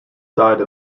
side